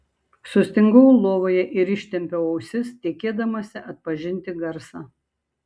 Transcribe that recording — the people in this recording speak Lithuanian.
sustingau lovoje ir ištempiau ausis tikėdamasi atpažinti garsą